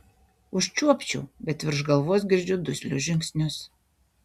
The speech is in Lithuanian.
užčiuopčiau bet virš galvos girdžiu duslius žingsnius